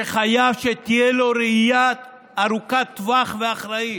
שחייב שתהיה לו ראייה ארוכת טווח ואחראית.